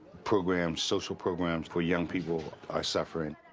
programs, social programs for young people are suffering.